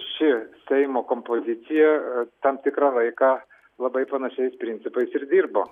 ši seimo kompozicija tam tikrą laiką labai panašiais principais ir dirbo